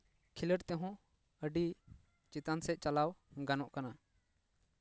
ᱠᱷᱮᱞᱳᱰ ᱛᱮᱦᱚᱸ ᱟᱹᱰᱤ ᱪᱮᱛᱟᱱ ᱥᱮᱫ ᱪᱟᱞᱟᱣ ᱜᱟᱱᱚᱜ ᱠᱟᱱᱟ